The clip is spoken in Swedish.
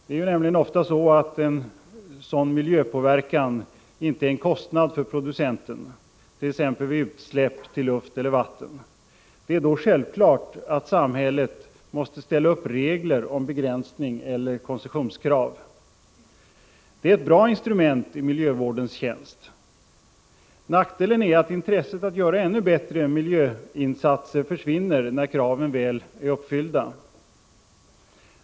Det är nämligen ofta så, att en sådan miljöpåverkan inte är en kostnad för producenten, t.ex. vid utsläpp till luft eller vatten. Det är då självklart att samhället måste ställa upp regler om begränsning eller koncessionskrav. Detta är ett bra instrument i miljövårdens tjänst. Nackdelen är att intresset för att göra ännu bättre miljöinsatser försvinner när kraven är uppfyllda.